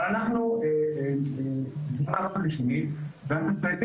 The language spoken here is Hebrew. אבל אנחנו בסביבה רב-לשונית ויודעים